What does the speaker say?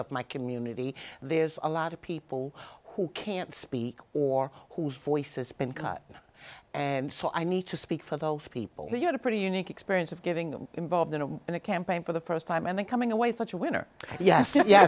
of my community there's a lot of people who can't speak or whose voice has been cut and so i need to speak for those people who had a pretty unique experience of giving them involved in a in a campaign for the st time and then coming away such a winner yes ye